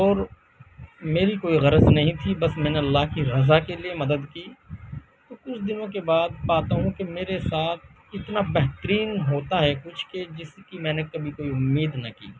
اور میری کوئی غرض نہیں تھی بس میں نے اللّہ کی رضا کے لیے مدد کی تو کچھ دنوں کے بعد پاتا ہوں کہ میرے ساتھ اتنا بہترین ہوتا ہے کچھ کہ جس کی میں نے کبھی کوئی امید نہ کی